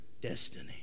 destiny